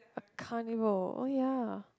a carnival oh ya